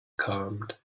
calmed